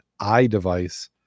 iDevice